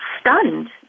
stunned